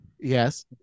Yes